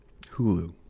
Hulu